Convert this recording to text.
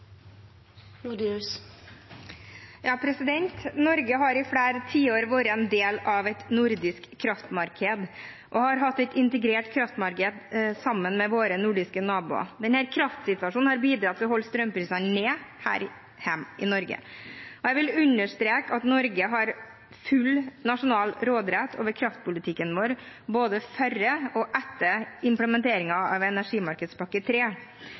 Norge har i flere tiår vært en del av et nordisk kraftmarked og har hatt et integrert kraftmarked sammen med våre nordiske naboer. Denne kraftsituasjonen har bidratt til å holde strømprisene nede her hjemme i Norge. Jeg vil understreke at Norge har full nasjonal råderett over kraftpolitikken vår, både før og etter implementeringen av tredje energimarkedspakke.